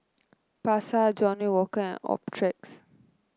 Pasar Johnnie Walker and Optrex